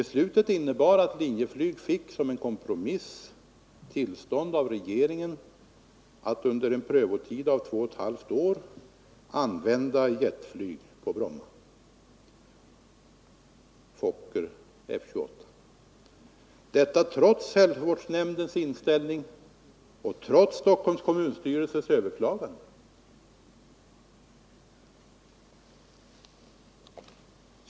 Beslutet innebar att Linjeflyg som en kompromiss fick tillstånd av regeringen att under en prövotid av två och ett halvt år använda jetflyg — Fokker F-28 - på Bromma, trots hälsovårdsnämndens negativa inställning och trots Stockholms kommunstyrelses överklagande.